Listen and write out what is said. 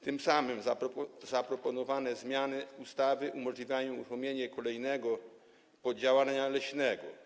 Tym samym zaproponowane zmiany ustawy umożliwiają uruchomienie kolejnego poddziałania leśnego.